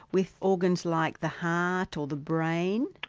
with organs like the heart or the brain?